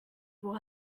will